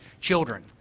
children